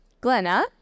Glenna